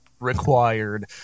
required